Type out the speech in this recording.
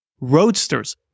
Roadsters